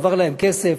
הועבר להם כסף.